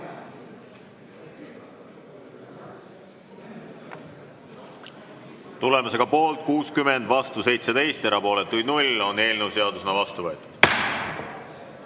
Tulemusega poolt 60, vastu 17 ja erapooletuid 0, on eelnõu seadusena vastu võetud.